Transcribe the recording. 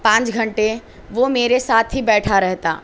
پانچ گھنٹے وہ میرے ساتھ ہی بیٹھا رہتا